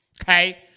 okay